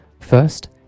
First